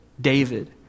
David